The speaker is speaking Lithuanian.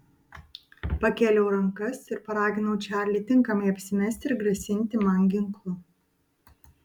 pakėliau rankas ir paraginau čarlį tinkamai apsimesti ir grasinti man ginklu